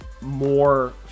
more